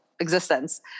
existence